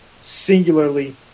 singularly